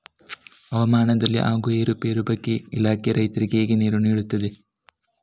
ಹವಾಮಾನದಲ್ಲಿ ಆಗುವ ಏರುಪೇರುಗಳ ಬಗ್ಗೆ ಇಲಾಖೆ ರೈತರಿಗೆ ಹೇಗೆ ನೆರವು ನೀಡ್ತದೆ?